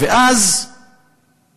ואז יש את הצעת החוק הזאת.